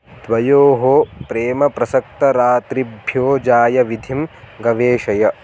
द्वयोः प्रेमप्रसक्तरात्रिभ्यो जायविधिं गवेषय